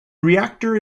reactor